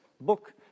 book